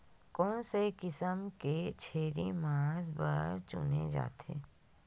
कोन से किसम के छेरी मांस बार चुने जाथे?